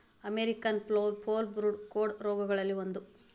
American foulbrood ಕೋಡ ರೋಗಗಳಲ್ಲಿ ಒಂದ